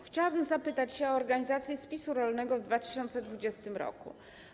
Chciałabym zapytać się o organizację spisu rolnego w 2020 r.